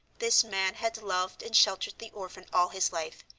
this man had loved and sheltered the orphan all his life,